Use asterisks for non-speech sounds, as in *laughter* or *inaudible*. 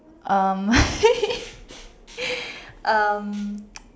um *laughs* um